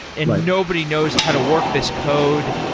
and nobody knows how to work this code.